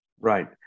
Right